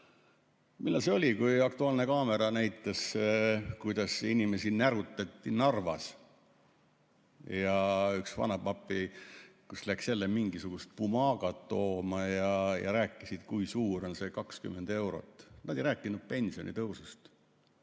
Millal see oli, kui "Aktuaalne kaamera" näitas, kuidas inimesi närutati Narvas, ja üks vanapapi, kes läks jälle mingisugustbumaga't tooma ja rääkis, kui suur on see 20 eurot. Nad ei rääkinud pensionitõusust,